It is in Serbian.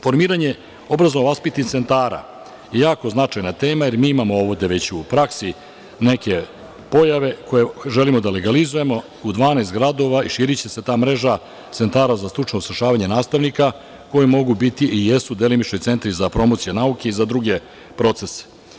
Formiranje obrazovno-vaspitnih centara je jako značajna tema jer imamo ovde već u praksi neke pojave koje želimo da legalizujemo u 12 gradova i ta mreža će se širiti, centri za stručno usavršavanje nastavnika koji mogu biti i jesu delimični centri za promociju nauke i za druge procese.